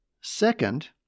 Second